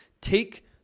take